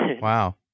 Wow